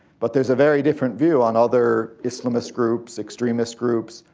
but theres a very different view on other islamist groups, extremist groups,